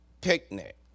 picnic